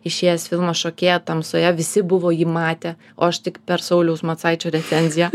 išėjęs filmą šokėja tamsoje visi buvo jį matę o aš tik per sauliaus macaičio recenziją